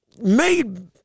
Made